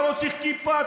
אתה לא צריך כיפה.